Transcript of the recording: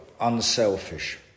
unselfish